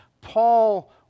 Paul